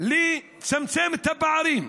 לצמצם את הפערים.